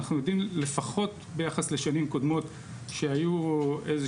אנחנו יודעים לפחות ביחס לשנים קודמות שהיו איזה